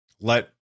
let